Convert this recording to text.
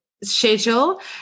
Schedule